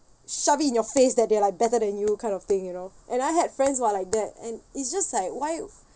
shove it in your face that they're like better than you kind of thing you know and I had friends who are like that and it's just like why